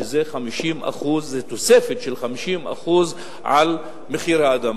שזו תוספת של 50% על מחיר האדמה.